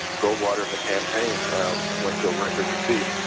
goldwater and the campaign went through a record defeat,